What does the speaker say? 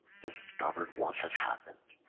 discovered what had happened,